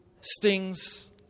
stings